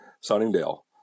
Sunningdale